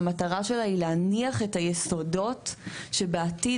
שהמטרה שלה היא להניח את היסודות שבעתיד